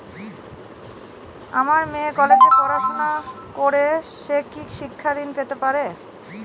আমার মেয়ে কলেজে পড়াশোনা করে সে কি শিক্ষা ঋণ পেতে পারে?